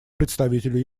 представителю